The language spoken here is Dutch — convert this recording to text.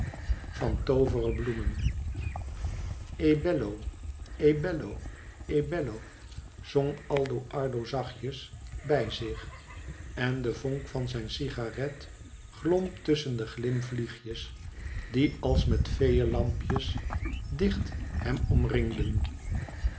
van toovere bloemen bello e bello e bello zong aldo ardo zachtjes bij zich en de vonk van zijn cigarette glom tusschen de ghmvliegjes die als met feeelampjes dichthem omringden